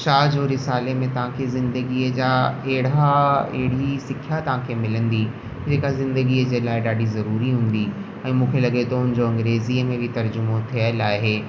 शाह जो रिसाले में तव्हांखे ज़िंदगीअ जा अहिड़ा अहिड़ी सिखिया तव्हांखे मिलंदी जेका ज़िंदगीअ जे लाइ ॾाढी ज़रूरी हूंदी ऐं मूंखे लॻे थो हुनजो अंग्रेज़ी में बि तर्जुमो थियुल आहे